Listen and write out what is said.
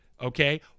okay